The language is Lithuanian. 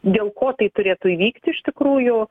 dėl ko tai turėtų įvykt iš tikrųjų